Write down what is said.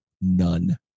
none